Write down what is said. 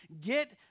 get